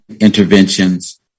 interventions